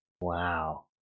Wow